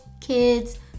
kids